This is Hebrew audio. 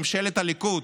ממשלת הליכוד,